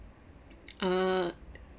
err